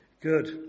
Good